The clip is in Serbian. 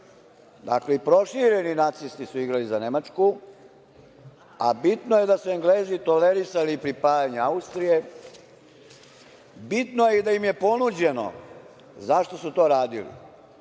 Dakle, i prošireni nacisti su igrali za Nemačku, a bitno je da su Englezi tolerisali pripajanje Austrije, bitno je i da im je ponuđeno zašto su to radili,